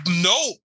No